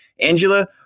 Angela